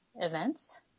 events